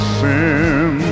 sin